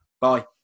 Bye